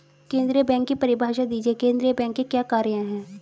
केंद्रीय बैंक की परिभाषा दीजिए केंद्रीय बैंक के क्या कार्य हैं?